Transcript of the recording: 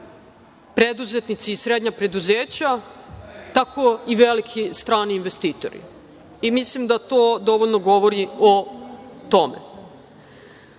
preduzetnici i srednja preduzeća, tako i veliki strani investitori. Mislim da to dovoljno govori o